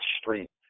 street